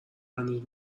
هنوز